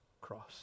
cross